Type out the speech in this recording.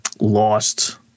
lost